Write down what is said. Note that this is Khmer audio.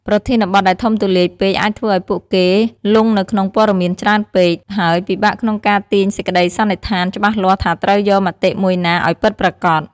ប្រធានបទដែលធំទូលាយពេកអាចធ្វើឱ្យពួកគេលង់នៅក្នុងព័ត៌មានច្រើនពេក ហើយពិបាកក្នុងការទាញសេចក្តីសន្និដ្ឋានច្បាស់លាស់ថាត្រូវយកមតិមួយណាឱ្យពិតប្រាកដ។